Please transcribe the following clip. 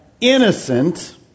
innocent